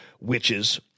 witches